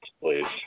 please